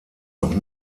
noch